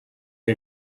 the